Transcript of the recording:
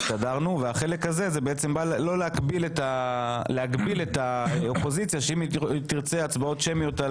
יש תופעה חדשה בכנסת הזאת לגבי הצבעות שמיות,